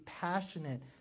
passionate